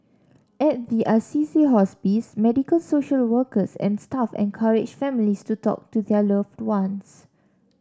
at the Assisi Hospice medical social workers and staff encourage families to talk to their loved ones